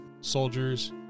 soldiers